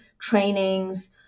trainings